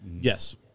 Yes